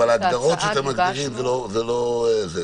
אבל ההגדרות שאתם מגדירים זה לא ---.